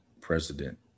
President